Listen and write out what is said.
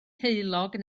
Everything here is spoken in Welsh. heulog